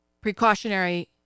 precautionary